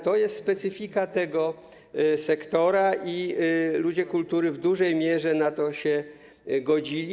To jest specyfika tego sektora i ludzie kultury w dużej mierze na to się godzili.